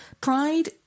pride